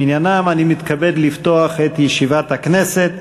אני מתכבד לפתוח את ישיבת הכנסת.